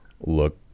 look